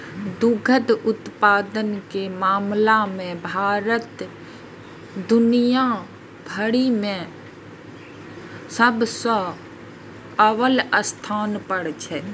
दुग्ध उत्पादन के मामला मे भारत दुनिया भरि मे सबसं अव्वल स्थान पर छै